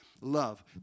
Love